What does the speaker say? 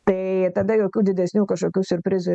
tai tada jokių didesnių kažkokių siurprizų